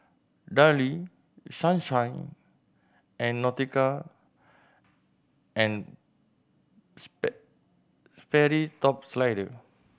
Darlie Sunshine and Nautica and Sperry Top Slider